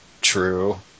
True